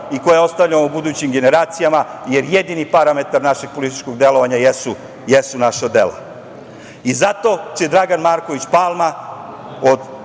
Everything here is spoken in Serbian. i koja ostavljamo budućim generacijama, jer jedini parametar našeg političkog delovanja jesu naša dela. Zato će Dragan Marković Palma od 3.